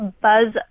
buzz